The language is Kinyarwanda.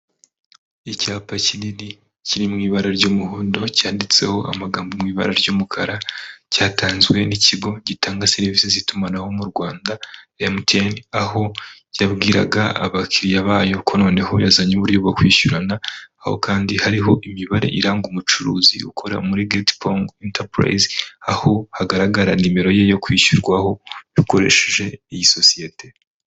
Icyapa kinini kiri mu ibara ry'umuhondo cyanditseho amagambo mu ibara ry'umukara, cyatanzwe n'ikigo gitanga serivi z'itumanaho mu Rwanda MTN, aho yabwiraga abakiriya bayo ko noneho yazanye uburyo bwo kwishyurana aho kandi hariho imibare iranga umucuruzi ukora muri Getpong enterprise, aho hagaragara nimero ye yo kwishyurwaho dukoresheje iyi sosiyete.